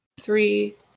three